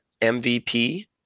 MVP